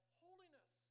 holiness